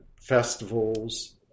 festivals